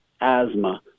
asthma